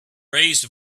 raised